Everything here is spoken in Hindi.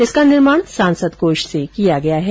इसका निर्माण सांसद कोष से किया गया है